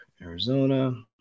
Arizona